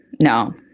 no